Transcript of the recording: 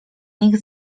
nich